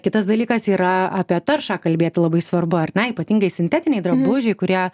kitas dalykas yra apie taršą kalbėti labai svarbu ar ne ypatingai sintetiniai drabužiai kurie